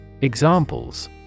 Examples